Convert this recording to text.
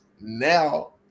now